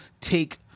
take